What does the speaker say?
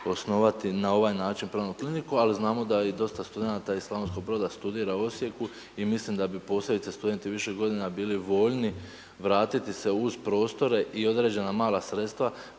osnovati na ovaj način pravnu kliniku ali znamo da i dosta studenata iz Slavonskog Broda studira u Osijeku i mislim da bi posebice studenti viših godina bili voljni vratiti se uz prostore i određena mala sredstva